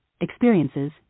experiences